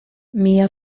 mia